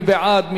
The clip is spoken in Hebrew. מי בעד?